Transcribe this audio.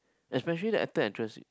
especially the actor actress